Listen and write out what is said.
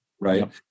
right